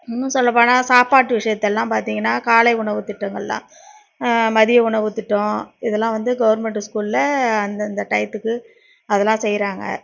இன்னும் சொல்லப்போனால் சாப்பாட்டு விஷயத்தெல்லாம் பார்த்திங்கன்னா காலை உணவுத்திட்டங்கள்லாம் மதிய உணவு திட்டம் இதெல்லாம் வந்து கவர்மெண்டு ஸ்கூலில் அந்தந்த டைத்துக்கு அதெல்லாம் செய்கிறாங்க